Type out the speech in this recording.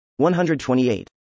128